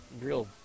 real